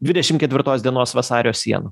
dvidešim ketvirtos dienos vasario sienų